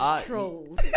trolls